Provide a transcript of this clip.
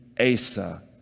Asa